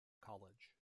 college